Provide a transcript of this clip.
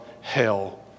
hell